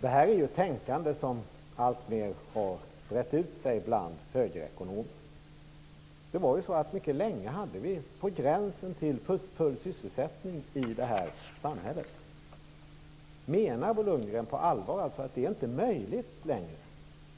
Det är ett tänkande som alltmer har brett ut sig bland högerekonomer. Mycket länge hade vi på gränsen till full sysselsättning i detta samhälle. Menar Bo Lundgren på allvar att det inte längre är möjligt